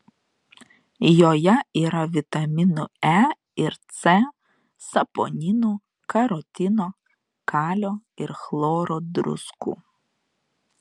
joje yra vitaminų e ir c saponinų karotino kalio ir chloro druskų